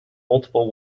multiple